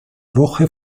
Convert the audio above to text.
woche